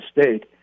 State